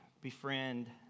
befriend